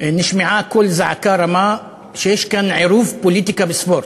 נשמע קול זעקה רמה שיש כאן עירוב פוליטיקה בספורט.